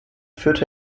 führte